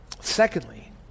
Secondly